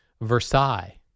Versailles